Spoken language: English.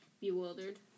bewildered